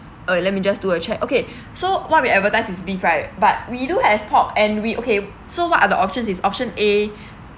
uh let me just do a check okay so what we advertise is beef right but we do have pork and we okay so what are the options is option A